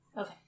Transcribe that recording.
Okay